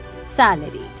salary